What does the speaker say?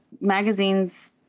magazines